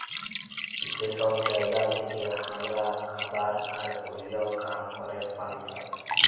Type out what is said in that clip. যে সব জায়গা থেক্যে হামরা খাবার আর ওল্য কাম ক্যরের পালি পাই